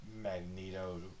Magneto